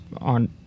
on